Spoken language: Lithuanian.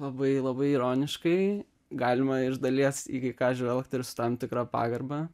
labai labai ironiškai galima iš dalies į kai ką žvelgt ir su tam tikra pagarba